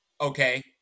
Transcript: okay